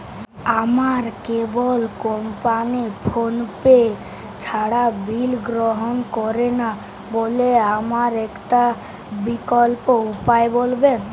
আমার cable company PhonePe ছাড়া bill গ্রহণ করে না বলে আমার একটা বিকল্প উপায় বলবেন?